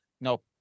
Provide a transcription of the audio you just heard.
nope